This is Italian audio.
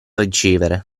ricevere